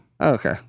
okay